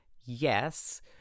yes